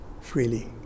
Freely